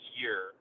year